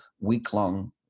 week-long